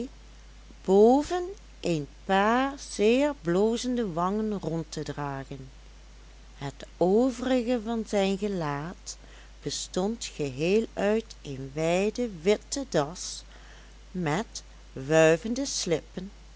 boven een paar zeer blozende wangen rond te dragen het overige van zijn gelaat bestond geheel uit een wijde witte das met wuivende slippen